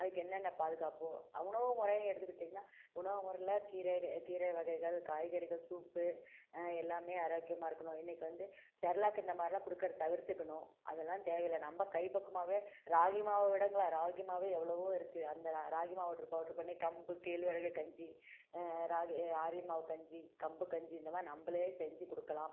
அதுக்கென்னன்ன பாதுகாப்போ உணவு முறையென்னு எடுத்துக்கிட்டிங்னால் உணவு முறையில் கீரை கீரை வகைகள் காய்கறிகள் சூப்பு எல்லாமே ஆரோக்கியமாக இருக்கணும் இன்னிக்கி வந்து செர்லாக் இந்த மாதிரிலாம் கொடுக்கறத தவிர்த்துக்கணும் அதெல்லாம் தேவை இல்லை நம்ம கை பக்குவமாகவே ராகி மாவு விடங்களா ராகி மாவில் எவ்வளோவோ இருக்குது அந்த ராகி மாவு பவுடர் பண்ணி கம்பு கேழ்வரகு கஞ்சி ராகி மாவு கஞ்சி கம்பு கஞ்சி இந்த மாதிரி நம்மளே செஞ்சு கொடுக்கலாம்